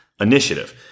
initiative